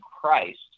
Christ